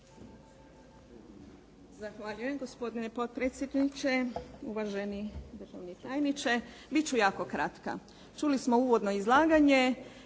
Zahvaljujem gospodine potpredsjedniče. Uvaženi državni tajniče. Bit ću jako kratka. Čuli smo uvodno izlaganje.